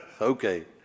okay